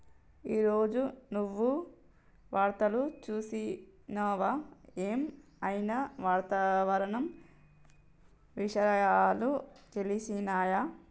ఈ రోజు నువ్వు వార్తలు చూసినవా? ఏం ఐనా వాతావరణ విషయాలు తెలిసినయా?